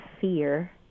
fear